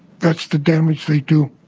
that's the damage they do.